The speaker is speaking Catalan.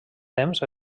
temps